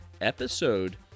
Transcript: episode